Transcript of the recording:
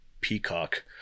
Peacock